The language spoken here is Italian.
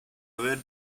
aver